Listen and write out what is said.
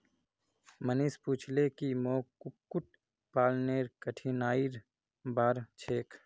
मनीष पूछले की मोक कुक्कुट पालनेर कठिनाइर बार छेक